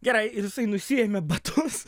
gerai ir jisai nusiėmė batus